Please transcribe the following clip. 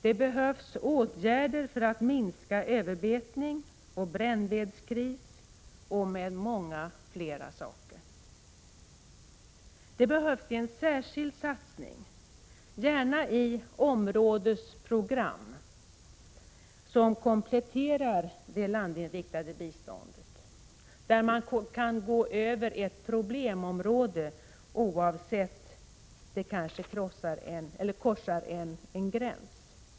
Det behövs åtgärder för att minska överbetning och brännvedskris, liksom mycket annat. Det behövs en särskild satsning, gärna i form av områdesprogram, som kompletterar det landinriktade biståndet; man skall kunna gå över ett problemområde oavsett om det korsar en gräns.